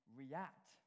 react